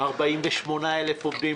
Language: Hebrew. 48,000 עובדים,